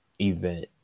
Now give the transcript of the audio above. event